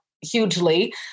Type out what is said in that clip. hugely